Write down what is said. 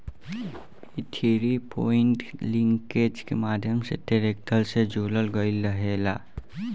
इ three point linkage के माध्यम से ट्रेक्टर से जोड़ल गईल रहेला